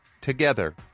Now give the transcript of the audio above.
Together